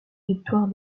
victoire